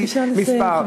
בבקשה לסיים,